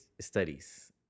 studies